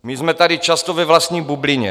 My jsme tady často ve vlastní bublině.